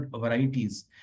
varieties